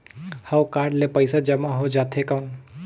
हव कारड ले पइसा जमा हो जाथे कौन?